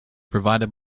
provided